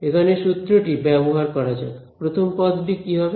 এখানে সূত্রটি ব্যবহার করা যাক প্রথম পদটি কি হবে